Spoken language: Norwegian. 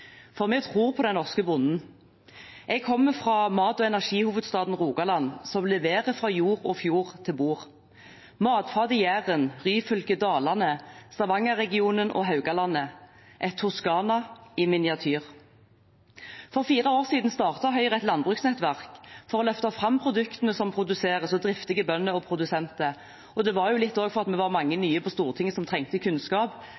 For vi tror på den norske bonden. Jeg kommer fra mat- og energihovedstaden Rogaland, som leverer fra jord og fjord til bord. Matfatet Jæren, Ryfylke, Dalane, Stavanger-regionen og Haugalandet – et Toscana i miniatyr. For fire år siden starten Høyre et landbruksnettverk for å løfte fram produktene som produseres av driftige bønder og produsenter. Det var litt fordi det var mange nye på Stortinget som trengte kunnskap.